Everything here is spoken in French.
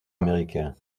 américain